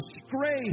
disgrace